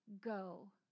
go